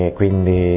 quindi